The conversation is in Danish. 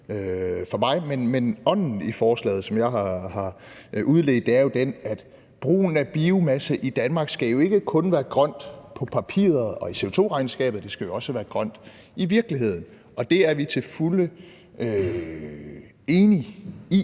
for mig. Men ånden i forslaget, som jeg har udledt, er, at brugen af biomasse i Danmark ikke kun skal være grøn på papiret og i CO2-regnskabet. Det skal også være grønt i virkeligheden. Det er vi til fulde enige i.